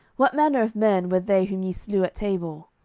what manner of men were they whom ye slew at tabor?